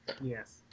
Yes